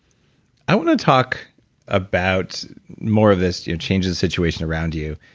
i want to talk about more of this, changing the situation around you,